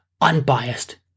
unbiased